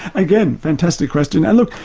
again, fantastic question. and look,